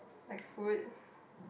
like food